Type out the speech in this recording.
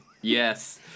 Yes